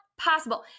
possible